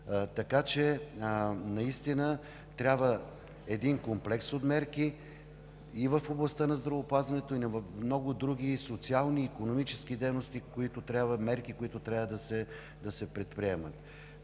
да се осъществят. Трябва комплекс от мерки и в областта на здравеопазването, и в много други социални и икономически дейности – мерки, които трябва да се предприемат.